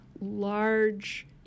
large